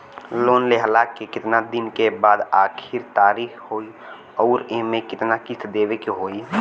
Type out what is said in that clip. Loan लेहला के कितना दिन के बाद आखिर तारीख होई अउर एमे कितना किस्त देवे के होई?